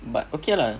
but okay lah